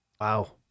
Wow